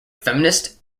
feminist